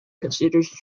considers